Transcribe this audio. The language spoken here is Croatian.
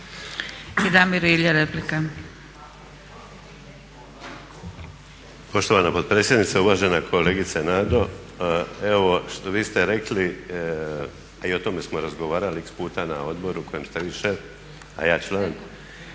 Damir (SDP)** Poštovana potpredsjednice. Uvažena kolegice Nado, evo vi ste rekli a i o tome smo razgovarali X puta na Odboru kojem ste vi šef a ja član,